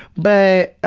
but,